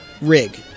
rig